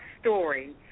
Story